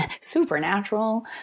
Supernatural